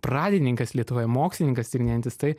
pradininkas lietuvoje mokslininkas tyrinėjantis tai